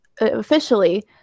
officially